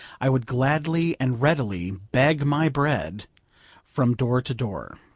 i would gladly and readily beg my bread from door to door.